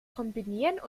kombinieren